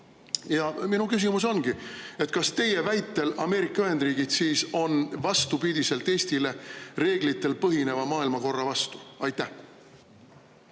Minu küsimus ongi, kas teie väitel on Ameerika Ühendriigid vastupidiselt Eestile reeglitel põhineva maailmakorra vastu. Aitäh!